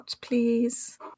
please